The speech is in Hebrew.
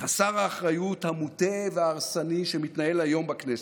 חסר האחריות, המוטה וההרסני שמתנהל היום בכנסת.